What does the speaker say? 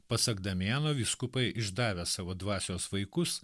pasak damiano vyskupai išdavę savo dvasios vaikus